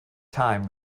time